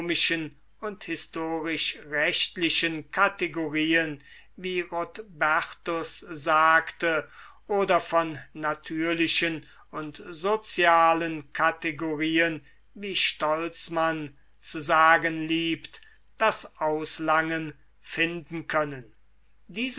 und historisch rechtlichen kategorien wie rodbertus sagte oder von natür jl liehen und sozialen kategorien wie stolzmann zu sagen liebt das auslangen finden können